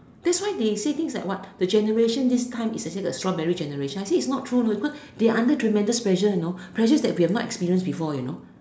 that's why they say things like what the generation this time is actually strawberry generation its not true you know because they are under tremendous pressure you know pressure that we have not experience before you know